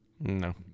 No